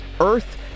Earth